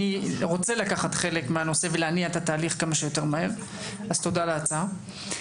רוצה לקחת חלק מהנושא ולהניע את התהליך כמה שיותר מהר אז תודה על ההצעה.